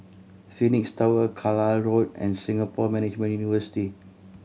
Phoenix Tower Carlisle Road and Singapore Management University